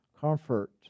comfort